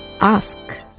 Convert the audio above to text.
Ask